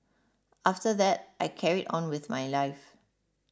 after that I carried on with my life